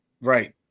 right